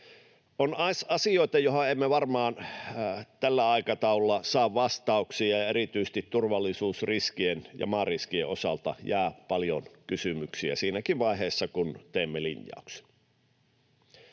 On asioita, joihin emme varmaan tällä aikataululla saa vastauksia, ja erityisesti turvallisuusriskien ja maariskien osalta jää paljon kysymyksiä siinäkin vaiheessa, kun teemme linjauksen.